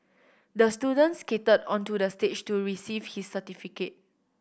the student skated onto the stage to receive his certificate